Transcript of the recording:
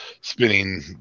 spinning